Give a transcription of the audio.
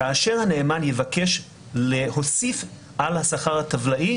כאשר הנאמן יבקש להוסיף על השכר הטבלאי,